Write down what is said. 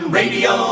radio